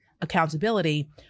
accountability